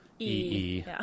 E-E